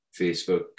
Facebook